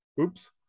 Oops